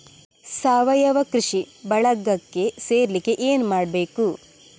ಸಾವಯವ ಕೃಷಿ ಬಳಗಕ್ಕೆ ಸೇರ್ಲಿಕ್ಕೆ ಏನು ಮಾಡ್ಬೇಕು?